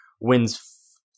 wins